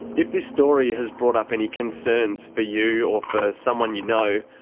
if this story has brought up any concerns for you or for someone you know,